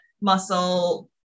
muscle